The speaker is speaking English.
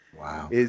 Wow